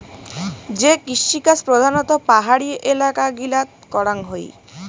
যে কৃষিকাজ প্রধানত পাহাড়ি এলাকা গিলাত করাঙ হই